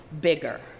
bigger